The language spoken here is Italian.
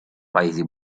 paesi